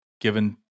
given